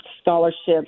scholarships